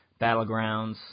Battlegrounds